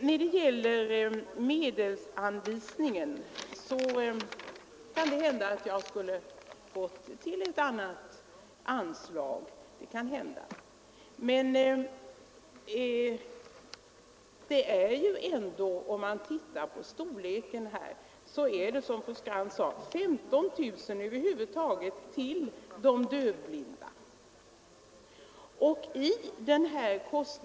När det gäller medelsanvisningen till de dövblinda kan det hända att jag skulle ha gått till ett annat anslag. Men om man ser på storleken av det som utgår är det endast 15 000 kronor som över huvud taget går till de dövblinda.